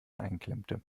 einklemmte